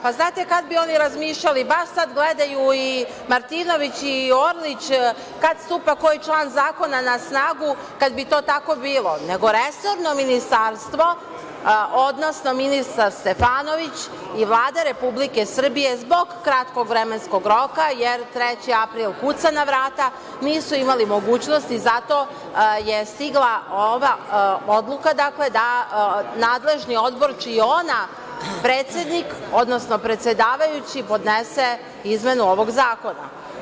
Pa znate kada bi oni razmišljali, baš sada gledaju Martinović i Orlić kada stupa koji član zakona na snagu, kad bi to tako bilo, nego resorno ministarstvo, odnosno ministar Stefanović i Vlada Republike Srbije zbog kratkog vremenskog roka, jer 3. april kuca na vrata, nisu imali mogućnosti, zato je stigla ova odluka da nadležni odbor čiji je ona predsednik, odnosno predsedavajući podnese izmenu ovog zakona.